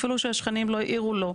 אפילו שהשכנים לא העירו לו,